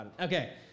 Okay